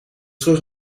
terug